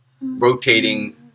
rotating